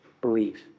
believe